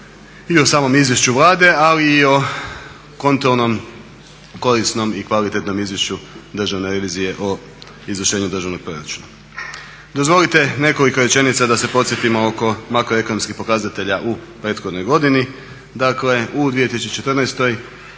i o samom izvješću Vlade ali i o kontrolnom korisnom i kvalitetnom izvješću državne revizije o izvršenju državnog proračuna. Dozvolite nekoliko rečenica da se podsjetimo oko makroekonomskih pokazatelja u prethodnoj godini. Dakle u 2014.